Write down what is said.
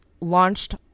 launched